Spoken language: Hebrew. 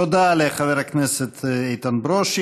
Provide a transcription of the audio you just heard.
תודה לחבר הכנסת איתן ברושי.